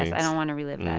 i don't want to relive that.